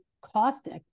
caustic